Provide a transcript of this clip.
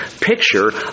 picture